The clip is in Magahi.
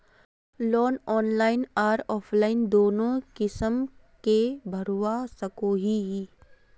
लोन ऑनलाइन आर ऑफलाइन दोनों किसम के भरवा सकोहो ही?